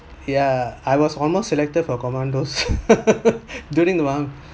yeah I was almost selected for commandos during around